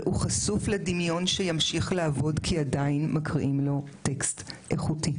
והוא חשוף לדמיון שימשיך לעבוד כי עדיין מקריאים לו טקסט איכותי.